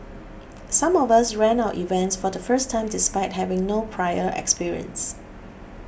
some of us ran our events for the first time despite having no prior experience